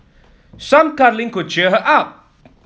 some cuddling could cheer her up